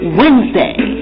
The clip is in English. wednesday